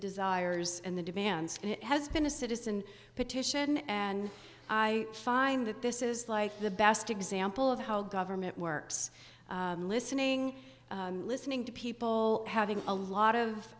desires and the demands and it has been a citizen petition and i find that this is like the best example of how government works listening listening to people having a lot of